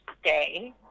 stay